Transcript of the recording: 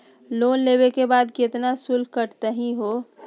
Loan लेवे के बाद केतना शुल्क कटतही हो?